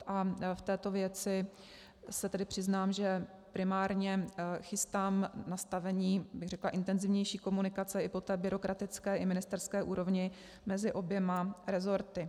V této věci se tedy přiznám, že primárně chystám nastavení intenzivnější komunikace i po té byrokratické i ministerské úrovni mezi oběma resorty.